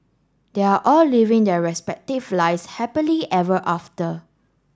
they are all living their respective lives happily ever after